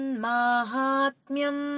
mahatmyam